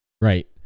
Right